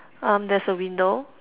um there's a window